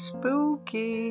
Spooky